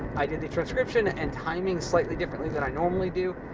i did the transcription and timing slightly different like than i normally do.